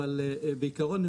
אבל בעיקרון,